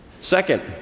Second